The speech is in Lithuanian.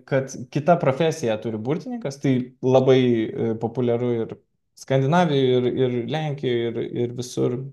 kad kitą profesiją turi burtininkas tai labai populiaru ir skandinavijoj ir ir lenkijoj ir ir visur